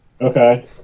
okay